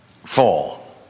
fall